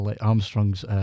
Armstrong's